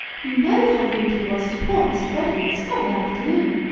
you know how rude he was to poor mr. ready this very afternoon!